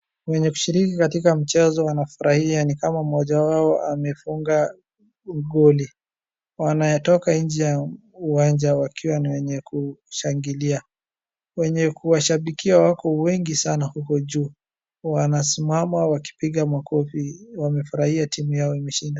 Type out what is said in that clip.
Wenye kushiriki katika mchezo wanafurahia ni kama mmoja wao amefuga goli. Wanatoka nje ya uwanja wakiwa ni wenye kushangilia. Wenye kuwashambikia wako wengi sana uko juu wanasimama wakipiga makofi, wamefurahia timu yao imeshinda.